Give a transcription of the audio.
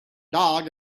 dog